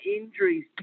injuries